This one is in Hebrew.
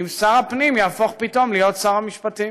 אם שר הפנים יהפוך פתאום להיות שר המשפטים.